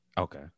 Okay